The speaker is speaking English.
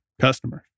customers